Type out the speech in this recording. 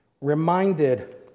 reminded